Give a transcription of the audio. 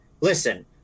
listen